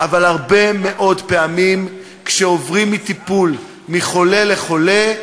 אבל הרבה מאוד פעמים, כשעוברים מטיפול חולה לחולה,